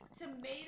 tomato